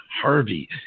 Harvey